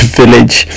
village